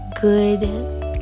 good